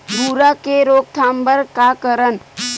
भूरा के रोकथाम बर का करन?